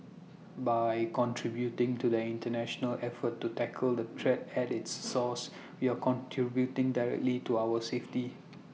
by contributing to the International effort to tackle the threat at its source we are contributing directly to our safety